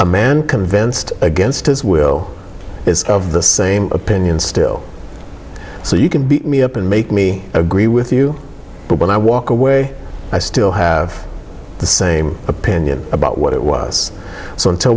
a man convinced against his will is of the same opinion still so you can beat me up and make me agree with you but when i walk away i still have the same opinion about what it was so until